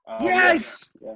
Yes